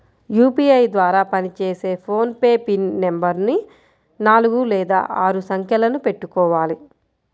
UPI ద్వారా పనిచేసే PhonePe pin నెంబరుని నాలుగు లేదా ఆరు సంఖ్యలను పెట్టుకోవాలి